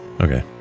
Okay